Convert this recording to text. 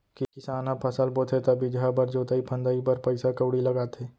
किसान ह फसल बोथे त बीजहा बर, जोतई फंदई बर पइसा कउड़ी लगाथे